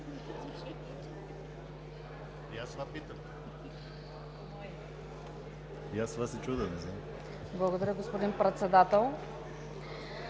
Благодаря, господин Председател.